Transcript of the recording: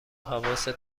حواست